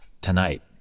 tonight